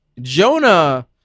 Jonah